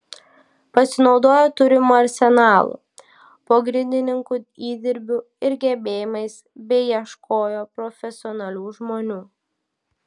pasinaudojo turimu arsenalu pogrindininkų įdirbiu ir gebėjimais bei ieškojo profesionalių žmonių